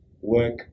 work